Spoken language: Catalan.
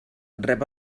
rep